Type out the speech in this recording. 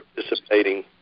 participating